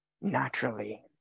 naturally